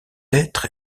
être